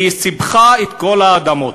היא סיפחה את כל האדמות.